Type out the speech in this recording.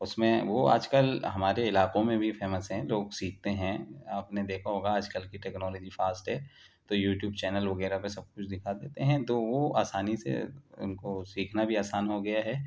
اس میں وہ آج کل ہمارے علاقوں میں بھی فیمس ہیں لوگ سیکھتے ہیں آپ نے دیکھا ہوگا آج کل کی ٹیکنالوجی فاسٹ ہے تو یو ٹیوب چینل وغیرہ پہ سب کچھ دکھا دیتے ہیں تو وہ آسانی سے ان کو سیکھنا بھی آسان ہو گیا ہے